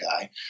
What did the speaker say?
guy